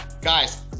Guys